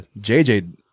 jj